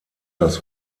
das